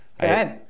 Good